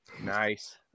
Nice